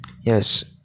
yes